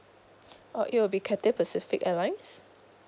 uh it will be Cathay Pacific airlines